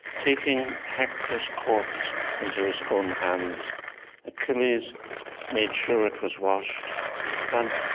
taking hector's corpse into his own hands achilles made sure it was washed and,